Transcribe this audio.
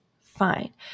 fine